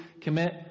commit